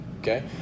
okay